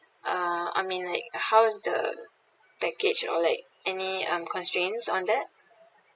uh I mean like how is the package and all like any um constraints on that